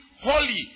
holy